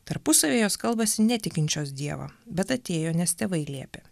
tarpusavyje jos kalbasi netikinčios dievą bet atėjo nes tėvai liepė